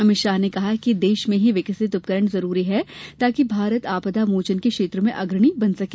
अमित शाह ने कहा कि देश में ही विकसित उपकरण जरूरी है ताकि भारत आपदा मोचन के क्षेत्र में अग्रणी बन सके